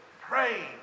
pray